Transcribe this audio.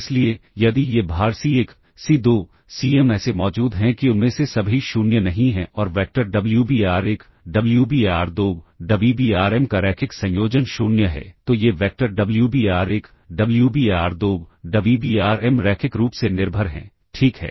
इसलिए यदि ये भार C1 C2 Cm ऐसे मौजूद हैं कि उनमें से सभी 0 नहीं हैं और वैक्टर Wbar1 Wbar2 Wbarm का रैखिक संयोजन 0 है तो ये वैक्टर Wbar1 Wbar2 Wbarm रैखिक रूप से निर्भर हैं ठीक है